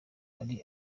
ari